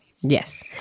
Yes